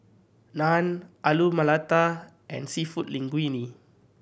Naan Alu Matar and Seafood Linguine